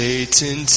Satan